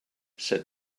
said